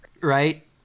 right